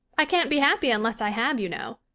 i can't be happy unless i have, you know.